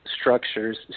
structures